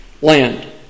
land